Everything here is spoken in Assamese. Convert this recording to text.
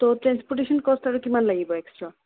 তৌ ট্ৰান্সপৰ্টেচন ক'স্ত আৰু কিমান লাগিব এক্সট্ৰা